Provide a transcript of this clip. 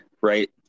right